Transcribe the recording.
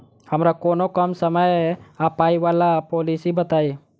हमरा कोनो कम समय आ पाई वला पोलिसी बताई?